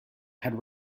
had